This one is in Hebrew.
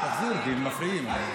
תחזיר, כי מפריעים.